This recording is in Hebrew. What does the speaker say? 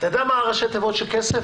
אתה יודע מה ראשי תיבות של כסף?